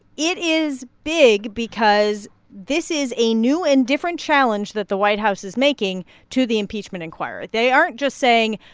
it is big because this is a new and different challenge that the white house is making to the impeachment inquiry. they aren't just saying,